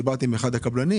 דיברתי עם אחד הקבלנים